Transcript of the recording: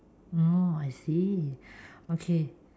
mm oh I see okay